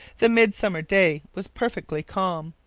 the midsummer day was perfectly calm.